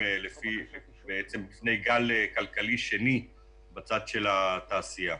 בפני גל כלכלי שני בצד של התעשייה.